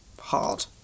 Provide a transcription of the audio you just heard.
hard